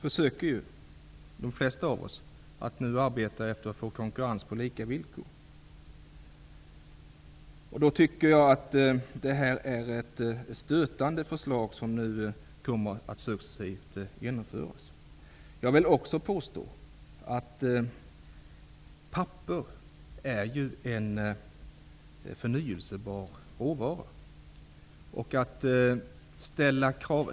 De flesta försöker nu att arbeta för att skapa konkurrens på lika villkor. Jag tycker därför att den lag som successivt kommer att träda i kraft är stötande. Papper är en förnyelsebar råvara.